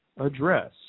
address